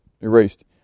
erased